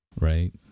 right